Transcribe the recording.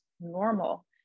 normal